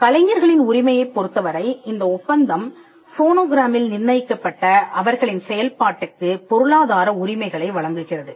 கலைஞர்களின் உரிமையைப் பொருத்தவரை இந்த ஒப்பந்தம் ஃபோனோகிராம்இல் நிர்ணயிக்கப்பட்ட அவர்களின் செயல்பாட்டுக்கு பொருளாதார உரிமைகளை வழங்குகிறது